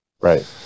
Right